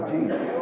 Jesus